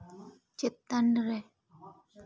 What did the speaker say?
ᱪᱮᱛᱟᱱ ᱨᱮ